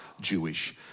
jewish